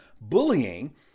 bullying